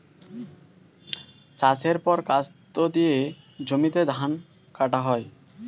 চাষের পর কাস্তে দিয়ে জমিতে ধান কাটা হয়